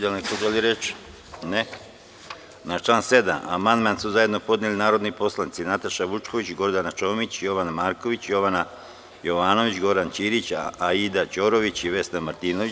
Da li neko želi reč? (Ne.) Na član 7. amandman su zajedno podneli narodni poslanici Nataša Vučković, Gordana Čomić, Jovan Marković, Jovana Jovanović, Goran Ćirić, Aida Ćorović i Vesna Martinović.